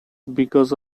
because